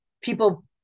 people